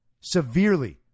severely